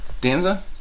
Danza